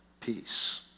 peace